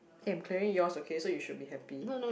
eh I'm clearing yours okay so you should be happy